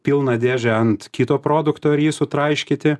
pilną dėžę ant kito produkto ir jį sutraiškyti